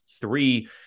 three